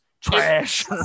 Trash